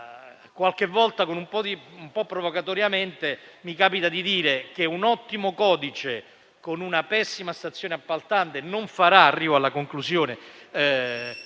Qualche volta un po' provocatoriamente mi capita di dire che un ottimo codice con una pessima stazione appaltante non farà realizzare le